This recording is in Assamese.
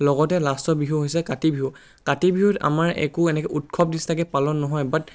লগতে লাষ্টৰ বিহু হৈছে কাতি বিহু কাতি বিহুত আমাৰ একো এনেকৈ উৎসৱ নিচিনাকৈ পালন নহয় বাট